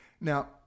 Now